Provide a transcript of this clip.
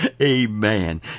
amen